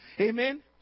Amen